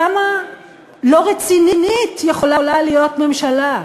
כמה לא רצינית יכולה להיות ממשלה?